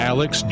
Alex